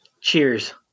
cheers